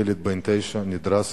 ילד בן תשע נדרס